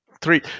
three